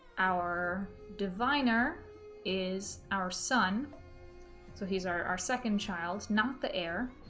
our diviner is our son so he's our our second child's not the heir